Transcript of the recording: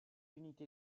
unité